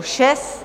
6.